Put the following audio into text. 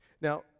Now